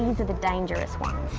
these are the dangerous ones.